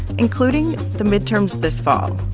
including the midterms this fall